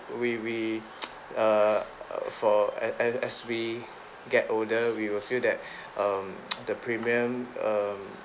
we we err for as as as we get older we will feel that um the premium um